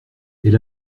elle